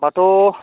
दाथ'